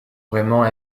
vraiment